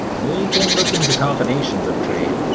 we can look into combinations of trade,